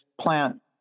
plant